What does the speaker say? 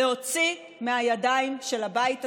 להוציא מהידיים של הבית הזה,